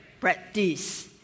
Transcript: Practice